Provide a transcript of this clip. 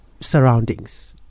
surroundings